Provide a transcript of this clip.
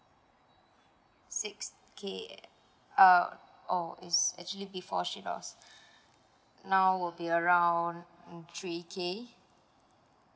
six K uh oh it's actually before she lost now will be around uh three K